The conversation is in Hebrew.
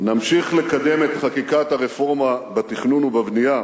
נמשיך לקדם את חקיקת הרפורמה בתכנון ובבנייה